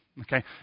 Okay